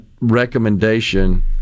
recommendation